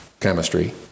chemistry